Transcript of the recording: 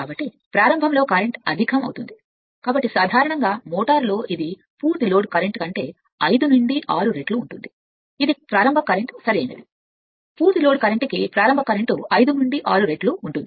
కాబట్టి ప్రారంభంలో కరెంట్ అధికం అవుతుంది సరైనది కాబట్టి సాధారణంగా మోటారులో ఇది పూర్తి లోడ్ కరెంట్ కంటే 5 నుండి 6 రెట్లు ఉంటుంది ఇది ప్రారంభ కరెంట్ సరైనదిపూర్తి లోడ్ కరెంట్ కి ప్రారంభ కరెంట్ 5 నుండి 6 రె ట్లు ఉంటుంది